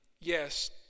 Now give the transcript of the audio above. yes